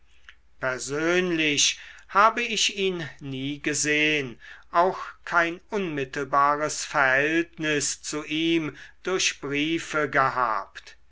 persönlich habe ich ihn nie gesehn auch kein unmittelbares verhältnis zu ihm durch briefe gehabt